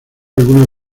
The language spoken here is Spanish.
alguna